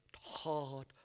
hard